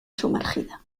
sumergida